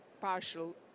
partial